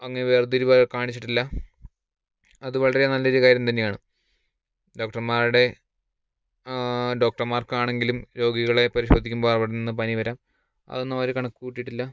അങ്ങ് വേര്തിരിവ് കാണിച്ചിട്ടില്ല അത് വളരെ നല്ല ഒരു കാര്യം തന്നെയാണ് ഡോക്ടർമാരുടെ ഡോക്ടർമാർക്ക് ആണെങ്കിലും രോഗികളെ പരിശോധിക്കുമ്പോൾ അവിടെ നിന്ന് പനി വരാം അതൊന്നും അവർ കണക്ക് കൂട്ടിയിട്ടില്ല